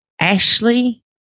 Ashley